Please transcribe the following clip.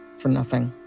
for nothing.